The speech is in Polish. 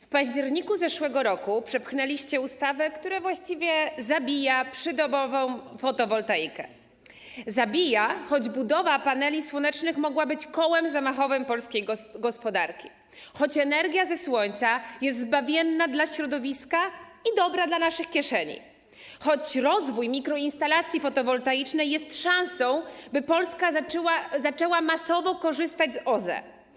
W październiku zeszłego roku przepchnęliście ustawę, która właściwie zabija przydomową fotowoltaikę, zabija, choć budowa paneli słonecznych mogła być kołem zamachowym polskiej gospodarki, choć energia ze słońca jest zbawienna dla środowiska i dobra dla naszych kieszeni, choć rozwój mikroinstalacji fotowoltaicznej jest szansą, by Polska zaczęła masowo korzystać z OZE.